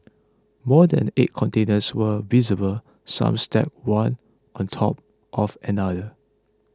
more than eight containers were visible some stacked one on top of another